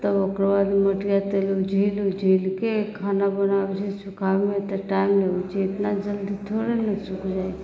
तब ओकरबाद मटिया तेल ऊझील ऊझीलके खाना बनाबैत छी सुखाबेमे तऽ टाइम लगैत छै इतना जल्दी थोड़ी ने सुखि जाइत छै